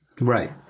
Right